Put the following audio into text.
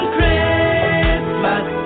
Christmas